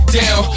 down